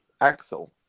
Axel